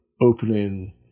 opening